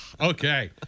okay